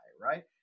right